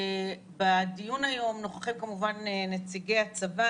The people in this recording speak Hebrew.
בדיון היום נוכחים כמובן נציגי הצבא.